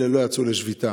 אלה לא יצאו לשביתה,